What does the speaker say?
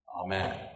Amen